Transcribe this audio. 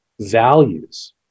values